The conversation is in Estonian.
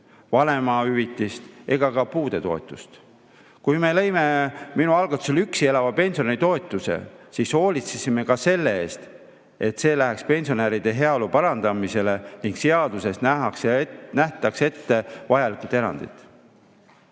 vanemahüvitist ega ka puudetoetust. Kui me lõime – minu algatusel – üksi elava pensionäri toetuse, siis hoolitsesime ka selle eest, et see läheks pensionäride heaolu parandamisele ning seaduses nähtaks ette vajalikud erandid.